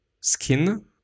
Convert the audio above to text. skin